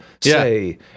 say